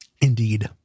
Indeed